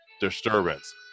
disturbance